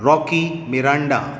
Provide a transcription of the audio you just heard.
Rocky Miranda